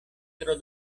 tro